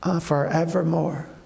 forevermore